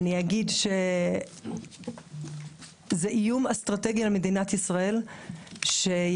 אגיד שזה איום אסטרטגי על מדינת ישראל שיהדות